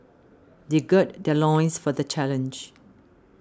they gird their loins for the challenge